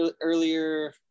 earlier